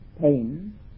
pain